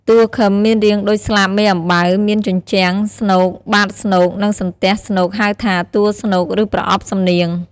តួឃឹមមានរាងដូចស្លាបមេអំបៅមានជញ្ជាំង ស្នូក បាតស្នូក និងសន្ទះស្នូកហៅថាតួស្នូក ឬប្រអប់សំនៀង។